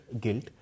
guilt